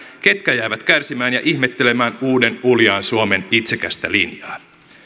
ketkä jäävät kärsimään ja ihmettelemään uuden uljaan suomen itsekästä linjaa